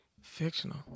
Fictional